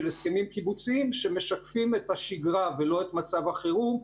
הסכמים קיבוציים שמשקפים את השגרה ולא את מצב החירום,